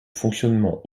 fonctionnement